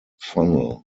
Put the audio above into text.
funnel